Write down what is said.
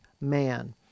man